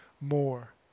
more